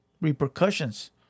repercussions